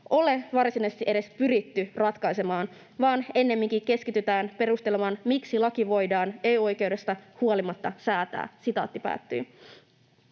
ole varsinaisesti edes pyritty ratkaisemaan, vaan ennemminkin keskitytään perustelemaan, miksi laki voidaan EU-oikeudesta huolimatta säätää.” Kritiikki ei tähän